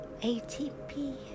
ATP